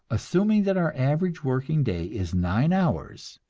assuming that our average working day is nine hours,